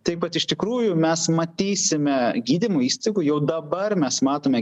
taip kad iš tikrųjų mes matysime gydymo įstaigų jau dabar mes matome